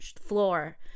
floor